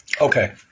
Okay